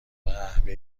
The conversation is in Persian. قهوه